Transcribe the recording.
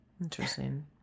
Interesting